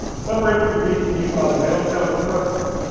separated from vcu by the downtown expressway,